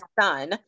son